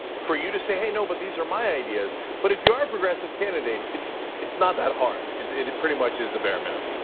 for you to say, hey no, but these are my ideas. but if you are a progressive candidate, it's it's not that hard. it it pretty much is the bare minimum.